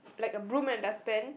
like a broom and dustbin